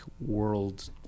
world